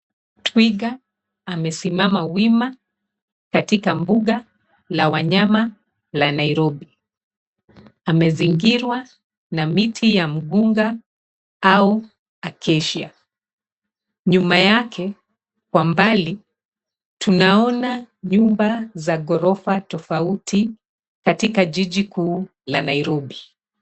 Twiga amesimama wima katika mbuga la wanyama la Nairobi. Amezingirwa na miti ya mgunga au acacia . Nyuma yake kwa mbali, tunaona nyumba za ghorofa tofauti katika jiji kuu la Nairobi.